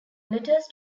letters